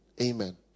Amen